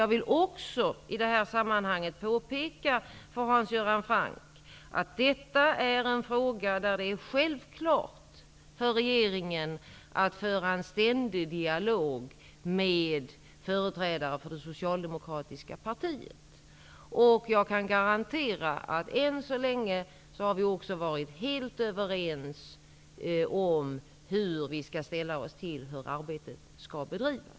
Jag vill i det här sammanhanget påpeka för Hans Göran Franck att det i denna fråga är självklart för regeringen att föra en ständig dialog med företrädare för det socialdemokratiska partiet. Jag kan garantera att vi än så länge har varit helt överens om hur vi anser att arbetet skall bedrivas.